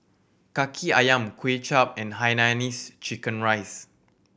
Kaki Ayam Kuay Chap and hainanese chicken rice